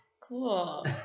Cool